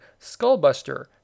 Skullbuster